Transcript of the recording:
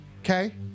Okay